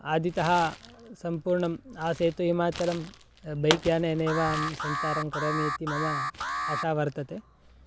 आदितः सम्पूर्णम् आसेतुहिमाचलं बैक्यानेनैव सञ्चारं करोमि इति मम आशा वर्तते